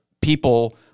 people